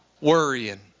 worrying